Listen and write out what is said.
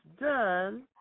done